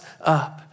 up